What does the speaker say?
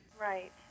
Right